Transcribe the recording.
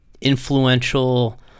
influential